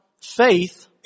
faith